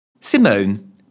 Simone